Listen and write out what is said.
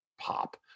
pop